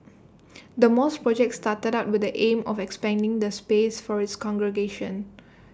the mosque project started out with the aim of expanding the space for its congregation